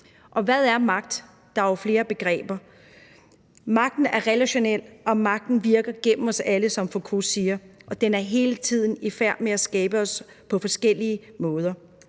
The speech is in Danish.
Hvad er magt? Der er jo flere begreber. Magten er relationel, og magten virker gennem os alle, som Foucault siger, og den er hele tiden i færd med at skabe os på forskellige måder.